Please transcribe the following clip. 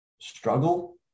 Struggle